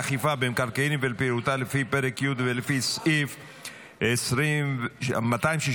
לאכיפה במקרקעין ולפעילותה לפי פרק י' ולפי סעיף 265(9)